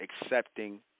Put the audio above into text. accepting